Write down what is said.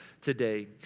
today